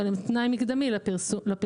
אבל הם תנאי מקדמי לפרסומת.